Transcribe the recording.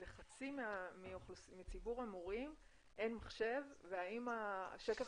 שלחצי מציבור המורים אין מחשב והאם השקף